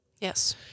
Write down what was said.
Yes